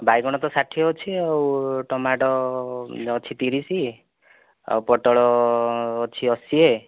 ବାଇଗଣ ତ ଷାଠିଏ ଅଛି ଆଉ ଟୋମାଟ ଅଛି ତିରିଶ ଆଉ ପୋଟଳ ଅଛି ଅଶୀ